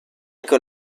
anche